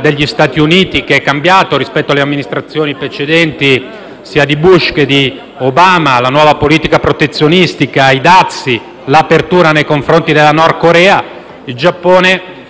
degli Stati Uniti, che è cambiato rispetto alle amministrazioni precedenti, sia di Bush che di Obama; vi sono la nuova politica protezionistica, i dazi e l'apertura nei confronti della Nord Corea.